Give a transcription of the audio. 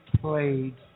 played